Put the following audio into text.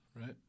right